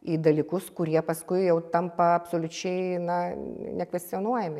į dalykus kurie paskui jau tampa absoliučiai na nekvestionuojami